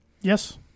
Yes